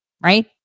right